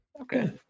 okay